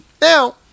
Now